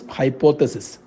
hypothesis